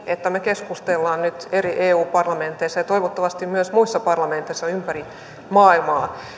että me keskustelemme nyt eri eu parlamenteissa ja toivottavasti myös muissa parlamenteissa ympäri maailmaa